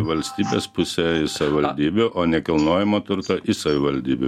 valstybės pusė į savivaldybių o nekilnojamo turto į savivaldybių